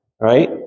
right